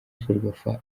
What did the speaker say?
ferwafa